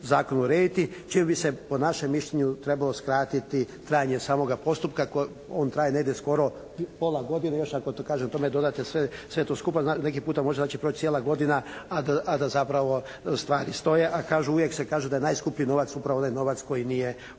zakon urediti, čime bi se po našem mišljenju trebao skratiti trajanje samoga postupka, on traje negdje skoro pola godine, još ako kažem tome dodate sve to skupa, neki puta može proći cijela godina a da zapravo stvari stoje, a kažu uvijek se kaže da je najskuplji novac upravo onaj novac koji je zarobljen